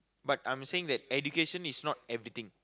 but I'm saying that education is not everything